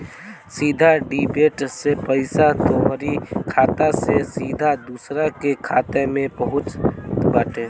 सीधा डेबिट से पईसा तोहरी खाता से सीधा दूसरा के खाता में पहुँचत बाटे